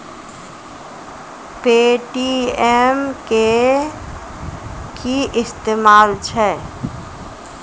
Paytm के कि इस्तेमाल छै?